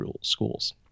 schools